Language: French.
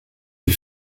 les